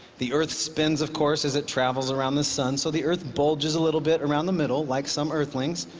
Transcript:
the earth spins, of course, as it travels around the sun, so the earth bulges a little bit around the middle, like some earthlings.